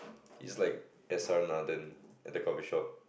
he's just like S_R-Nathan at the coffee shop